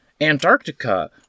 Antarctica